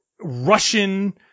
russian